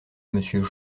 monsieur